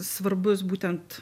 svarbus būtent